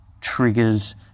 triggers